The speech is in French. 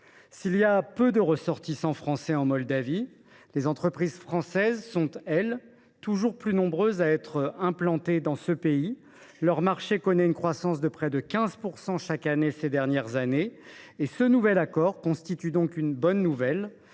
S’il y a peu de ressortissants français en Moldavie, les entreprises françaises sont, elles, toujours plus nombreuses à y être implantées, et leur part de marché connaît une croissance de près de 15 % chaque année depuis quelque temps. Ce nouvel accord constitue donc une bonne nouvelle,